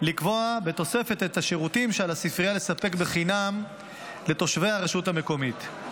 לקבוע בתוספת את השירותים שעל הספרייה לספק בחינם לתושבי הרשות המקומית.